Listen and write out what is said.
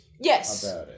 yes